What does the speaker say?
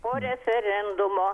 po referendumo